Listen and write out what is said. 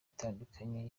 itandukanye